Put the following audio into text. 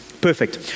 Perfect